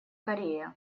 корея